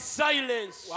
silence